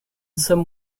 some